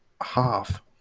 half